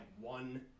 one